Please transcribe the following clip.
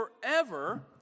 forever